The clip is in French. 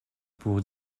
pour